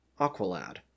Aqualad